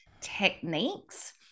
techniques